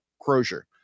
Crozier